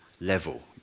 level